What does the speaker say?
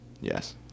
Yes